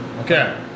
Okay